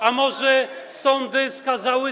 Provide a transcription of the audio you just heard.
A może sądy skazywały.